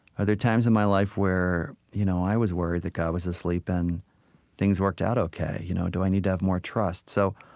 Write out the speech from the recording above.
are there times in my life where you know i was worried that god was asleep, and things worked out ok? you know do i need to have more trust? so,